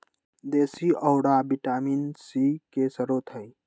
देशी औरा vitamin C के स्रोत हई